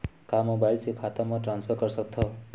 का मोबाइल से खाता म ट्रान्सफर कर सकथव?